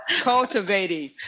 cultivating